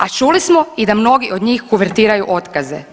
A čuli smo i da mnogi od njih kuvertiraju otkaze.